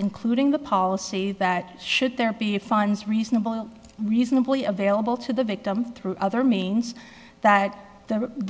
including the policy that should there be a fine is reasonable reasonably available to the victim through other means that